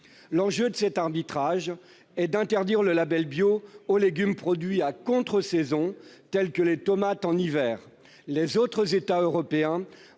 L'enjeu de cet arbitrage est d'interdire le label bio aux légumes produits à contre-saison, tels que les tomates en hiver. Les autres États européens